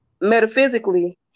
metaphysically